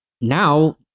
now